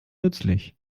nützlich